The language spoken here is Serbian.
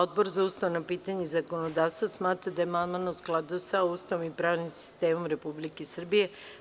Odbor za ustavna pitanja i zakonodavstvo smatra da je amandman u skladu sa Ustavom i pravnim sistemom Republike Srbije.